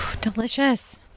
delicious